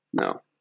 No